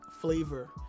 flavor